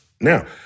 Now